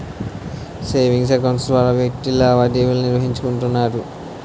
savings account ద్వారా వ్యక్తి లావాదేవీలు నిర్వహించుకుంటాడు